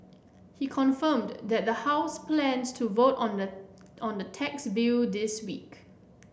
he confirmed that the House plans to vote on the on the tax bill this week